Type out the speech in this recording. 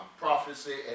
prophecy